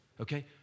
okay